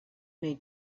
need